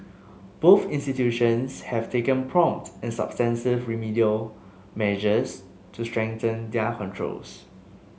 both institutions have taken prompt and substantive remedial measures to strengthen their controls